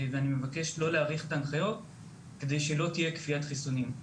ואני מבקש לא להאריך את ההנחיות כדי שלא תהיה כפיית חיסונים.